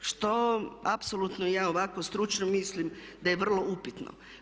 Što apsolutno ja ovako stručno mislim da je vrlo upitno.